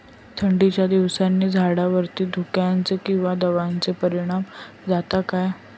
थंडीच्या दिवसानी झाडावरती धुक्याचे किंवा दवाचो परिणाम जाता काय?